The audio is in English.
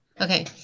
Okay